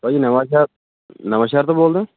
ਭਾਜੀ ਨਵਾਂ ਸ਼ਹਿਰ ਨਵਾਂ ਸ਼ਹਿਰ ਤੋਂ ਬੋਲਦੇ ਓਂ